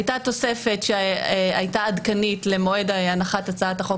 הייתה תוספת שהייתה עדכנית למועד הנחת הצעת החוק